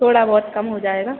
थोड़ा बहुत कम हो जाएगा